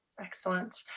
Excellent